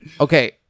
Okay